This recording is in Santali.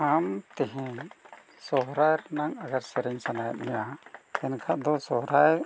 ᱟᱢ ᱛᱮᱦᱮᱧ ᱥᱚᱦᱨᱟᱭ ᱨᱮᱱᱟᱝ ᱟᱜᱟᱨ ᱥᱮᱨᱮᱧ ᱥᱟᱱᱟᱭᱮᱫ ᱢᱮᱭᱟ ᱮᱱᱠᱷᱟᱱ ᱫᱚ ᱥᱚᱦᱨᱟᱭ